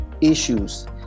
issues